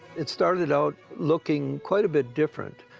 it started out looking quite a bit different,